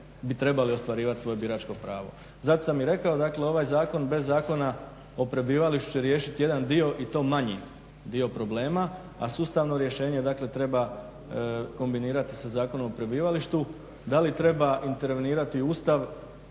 bi trebali ostvarivati svoje biračko pravo. Zato sam i rekao, dakle ovaj zakon bez Zakona o prebivalištu će riješiti jedan dio i to manji dio problema, a sustavno rješenje dakle treba kombinirati sa Zakonom o prebivalištu. Da li treba intervenirati u Ustav?